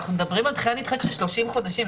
אנחנו מדברים על תקופה נדחית של 30 חודשים.